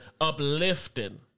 Uplifting